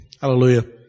Hallelujah